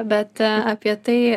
bet apie tai